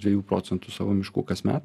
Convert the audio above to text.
dviejų procentų savo miškų kasmet